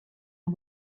you